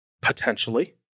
potentially